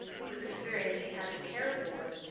whose experience he had to care for,